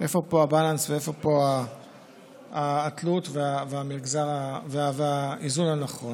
איפה הבלנס ואיפה התלות והאיזון הנכון.